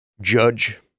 Judge